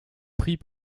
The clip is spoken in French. prix